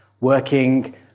working